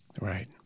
Right